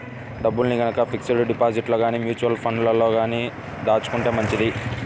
డబ్బుల్ని గనక ఫిక్స్డ్ డిపాజిట్లలో గానీ, మ్యూచువల్ ఫండ్లలో గానీ దాచుకుంటే మంచిది